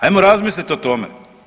Ajmo razmisliti o tome.